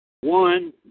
One